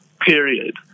period